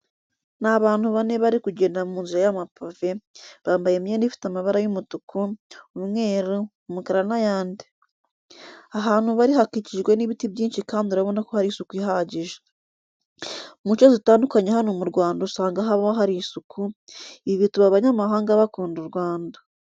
Ni abantu bane bari kugenda mu nzira y'amapave, bambaye imyenda ifite amabara y'umutuku, umweru, umukara n'ayandi. Ahantu bari hakikijwe n'ibiti byinshi kandi urabona ko hari isuku ihagije. Mu nce zitandukanye hano mu Rwanda usanga haba hari isuku, ibi bituma abanyamahanga bakunda u Rwanda.